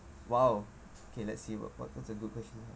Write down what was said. !wow! okay let's see what what what's a good question